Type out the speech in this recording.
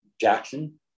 Jackson